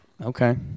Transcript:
Okay